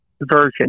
version